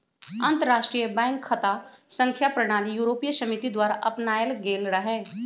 अंतरराष्ट्रीय बैंक खता संख्या प्रणाली यूरोपीय समिति द्वारा अपनायल गेल रहै